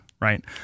right